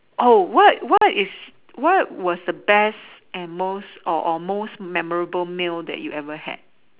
oh what what is what was the best and most or or most memorable meal that you ever had